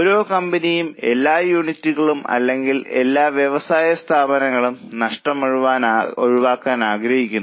ഓരോ കമ്പനിയും എല്ലാ യൂണിറ്റുകളും അല്ലെങ്കിൽ എല്ലാ വ്യവസായ സ്ഥാപനങ്ങളും നഷ്ടം ഒഴിവാക്കാൻ ആഗ്രഹിക്കുന്നു